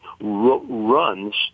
runs